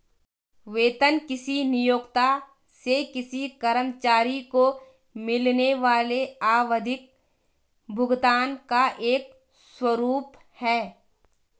वेतन किसी नियोक्ता से किसी कर्मचारी को मिलने वाले आवधिक भुगतान का एक स्वरूप है